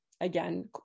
again